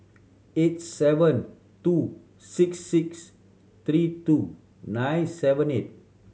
eight seven two six six three two nine seven eight